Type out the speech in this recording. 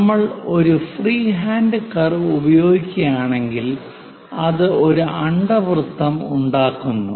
നമ്മൾ ഒരു freehand curve ഉപയോഗിക്കുകയാണെങ്കിൽ അത് ഒരു അണ്ഡവൃത്തം ഉണ്ടാക്കുന്നു